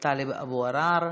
טלב אבו עראר,